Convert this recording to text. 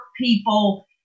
people